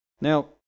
Now